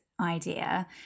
idea